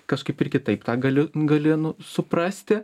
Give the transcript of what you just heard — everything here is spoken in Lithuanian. kažkaip ir kitaip tą gali nu suprasti